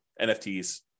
NFTs